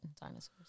dinosaurs